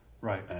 Right